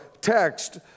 text